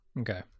Okay